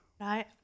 Right